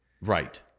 right